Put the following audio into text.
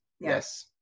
Yes